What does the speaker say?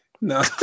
No